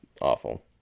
awful